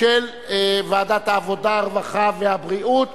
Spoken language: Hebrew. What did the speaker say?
עבר בקריאה שלישית